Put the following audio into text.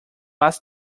las